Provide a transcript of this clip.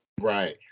Right